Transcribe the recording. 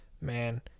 Man